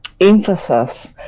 emphasis